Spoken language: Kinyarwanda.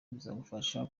bizadufasha